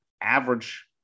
average